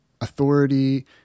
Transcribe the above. authority